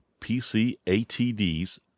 PCATDs